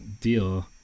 Deal